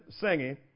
singing